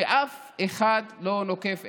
ואף אחד לא נוקף אצבע.